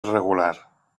regular